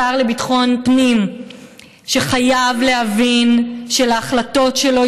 השר לביטחון הפנים חייב להבין שלהחלטות שלו